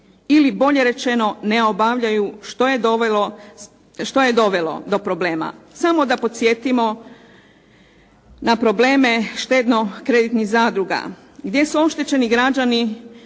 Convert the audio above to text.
ili bolje rečeno ne obavljaju što je dovelo do problema. Samo da podsjetimo na probleme štedno-kreditnih zadruga gdje su oštećeni građani